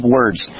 words